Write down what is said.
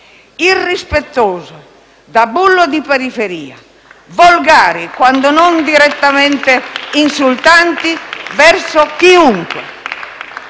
irrispettose, da bullo di periferia, volgari quando non direttamente insultanti verso chiunque.